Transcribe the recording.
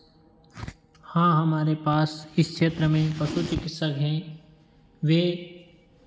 हाँ हमारे पास इस क्षेत्र में पशु चिकित्सक हैं वे